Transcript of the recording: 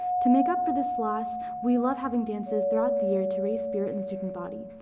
to make up for this loss, we love having dances throughout the year to raise spirit in the student body.